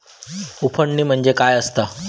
उफणणी म्हणजे काय असतां?